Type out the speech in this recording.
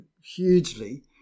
hugely